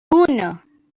uno